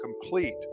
complete